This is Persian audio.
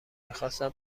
میخواستم